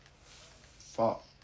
Fuck